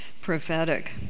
Prophetic